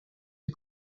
que